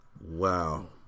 Wow